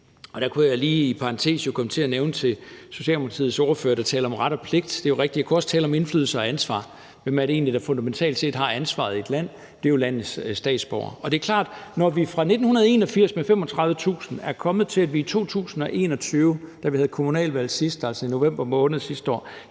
Og der kunne jeg lige i parentes komme til at nævne Socialdemokratiets ordfører, der taler om ret og pligt, og det er jo rigtigt. Jeg kunne også tale om indflydelse og ansvar. Hvem er det egentlig, der fundamentalt set har ansvaret i et land? Det er jo landets statsborgere. Vi er så fra 35.000 i 1981 kommet til, at vi i 2021, da vi havde kommunalvalg sidst, altså i november måned sidste år,